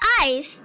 eyes